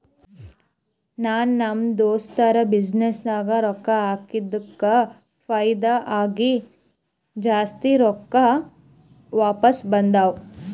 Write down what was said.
ನಾ ನಮ್ ದೋಸ್ತದು ಬಿಸಿನ್ನೆಸ್ ನಾಗ್ ರೊಕ್ಕಾ ಹಾಕಿದ್ದುಕ್ ಫೈದಾ ಆಗಿ ಜಾಸ್ತಿ ರೊಕ್ಕಾ ವಾಪಿಸ್ ಬಂದಾವ್